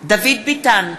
דוד ביטן,